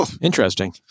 Interesting